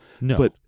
No